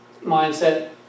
mindset